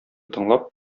тыңлап